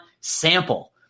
sample